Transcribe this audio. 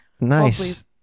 Nice